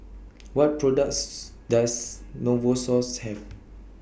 What products Does Novosource Have